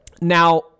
now